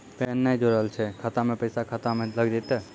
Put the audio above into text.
Pan ने जोड़लऽ छै खाता मे पैसा खाता मे लग जयतै?